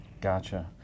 Gotcha